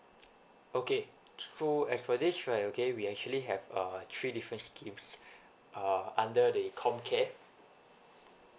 okay so as for this right okay we actually have uh three different schemes uh under the comcare